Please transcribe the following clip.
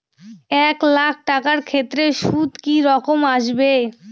এক লাখ টাকার ক্ষেত্রে সুদ কি রকম আসবে?